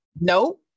No